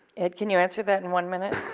ed, can you answer that in one minute?